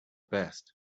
past